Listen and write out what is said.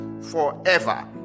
forever